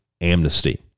amnesty